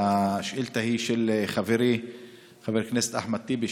השאילתה היא של חברי חבר הכנסת אחמד טיבי,